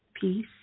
peace